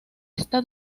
esta